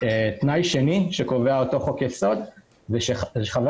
תנאי שני שקובע אותו חוק יסוד זה שחבר